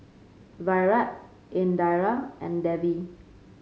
Virat Indira and Devi